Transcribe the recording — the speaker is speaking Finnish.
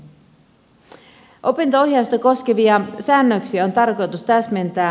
opinto ohjausta koskevia säännöksiä on tarkoitus täsmentää